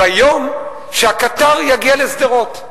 ביום שהקטר יגיע לשדרות.